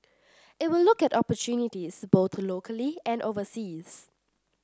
it will look at opportunities both locally and overseas